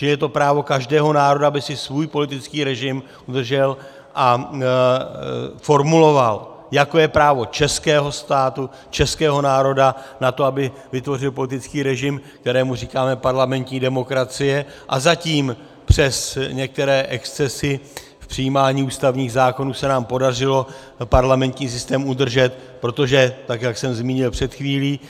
Čili je to právo každého národa, aby si svůj politický režim udržel a formuloval, jako je právo českého státu, českého národa na to, aby vytvořil politický režim, kterému říkáme parlamentní demokracie, a zatím přes některé excesy v přijímání ústavních zákonů se nám podařilo parlamentní systém udržet, protože, jak jsem zmínil před chvílí,